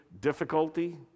difficulty